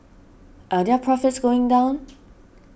are their profits going down